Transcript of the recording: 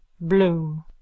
Bloom